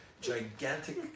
gigantic